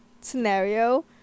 scenario